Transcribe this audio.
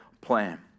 plan